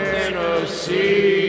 Tennessee